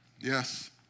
Yes